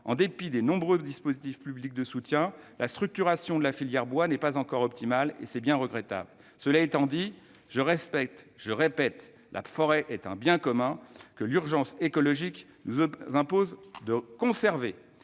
en dépit de nombreux dispositifs publics de soutien, la structuration de la filière bois n'est pas encore optimale, ce qui est bien regrettable. Cela dit, je tiens à répéter que la forêt est un bien commun que l'urgence écologique nous impose de conserver.